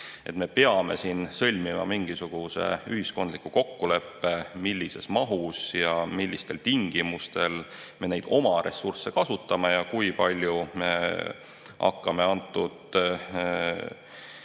peame siin sõlmima mingisuguse ühiskondliku kokkuleppe, millises mahus ja millistel tingimustel me neid oma ressursse kasutame ja kui palju me hakkame nende